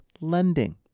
lending